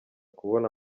kubona